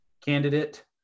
candidate